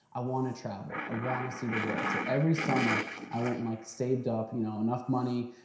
i wanna travel, i wanna see the world. so every summer i went and like saved up you know enough money,